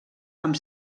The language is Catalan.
amb